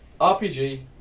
RPG